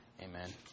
amen